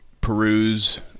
peruse